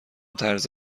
طرز